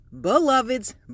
beloveds